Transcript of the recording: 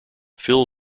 phil